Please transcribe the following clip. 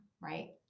Right